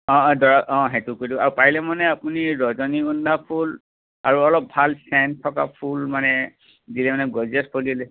অঁ অঁ দৰা অঁ সেইটো কৰি দিব আৰু পাৰিলে মানে আপুনি ৰজনীগন্ধা ফুল আৰু অলপ ভাল চেণ্ট থকা ফুল মানে যিয়ে মানে গৰ্জিয়াছ